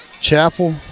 Chapel